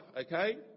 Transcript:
okay